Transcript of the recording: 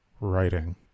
writing